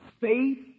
faith